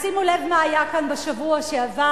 אז שימו לב מה היה כאן בשבוע שעבר,